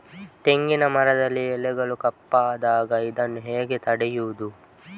ತೆಂಗಿನ ಮರದಲ್ಲಿ ಎಲೆಗಳು ಕಪ್ಪಾದಾಗ ಇದನ್ನು ಹೇಗೆ ತಡೆಯುವುದು?